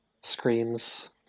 Screams